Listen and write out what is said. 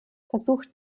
versucht